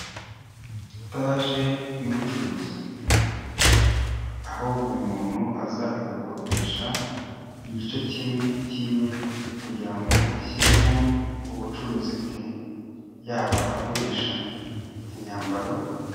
Etaje y'ubucuruzi. Aho buri muntu aza agakodesha igice kimwe cy'iwe kugira ngo ashyiremo ubucuruzi bwe, yaba agurisha imyambaro.